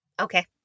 Okay